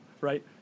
right